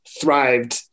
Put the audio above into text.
thrived